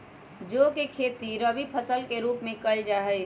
जौ के खेती रवि फसल के रूप में कइल जा हई